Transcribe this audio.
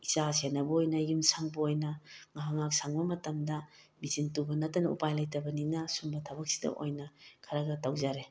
ꯏꯆꯥ ꯁꯦꯟꯅꯕ ꯑꯣꯏꯅ ꯌꯨꯝ ꯁꯪꯕ ꯑꯣꯏꯅ ꯉꯥꯏꯍꯥꯛ ꯉꯥꯏꯍꯥꯛ ꯁꯪꯕ ꯃꯇꯝꯗ ꯃꯦꯆꯤꯟ ꯇꯨꯕ ꯅꯠꯇꯅ ꯎꯄꯥꯏ ꯂꯩꯇꯕꯅꯤꯅ ꯁꯨꯝꯕ ꯊꯕꯛꯁꯤꯗ ꯑꯣꯏꯅ ꯈꯔ ꯈꯔ ꯇꯧꯖꯔꯦ